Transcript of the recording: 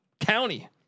County